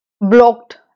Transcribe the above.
blocked